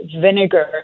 vinegar